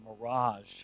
mirage